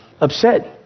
upset